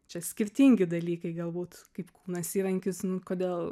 čia skirtingi dalykai galbūt kaip kūnas įrankis kodėl